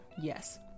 Yes